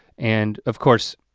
and, of course,